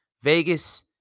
Vegas